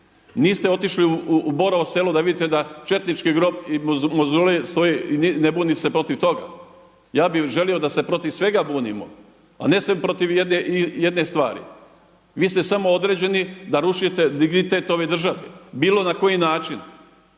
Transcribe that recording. Niste otišli u Borovo selo da vidite da četnički grob i Mauzolej stoji i ne buni se protiv toga. Ja bih želio da se protiv svega bunimo a ne samo protiv jedne stvari. Vi ste samo određeni da rušite dignitet ove države bilo na koji način.